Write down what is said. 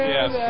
Yes